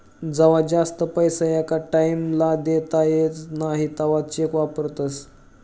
जवा जास्त पैसा एका टाईम ला देता येस नई तवा चेक वापरतस